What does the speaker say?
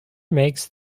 makes